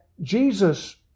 Jesus